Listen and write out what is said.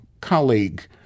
colleague